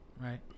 right